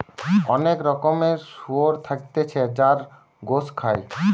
অনেক রকমের শুয়োর থাকতিছে যার গোস খায়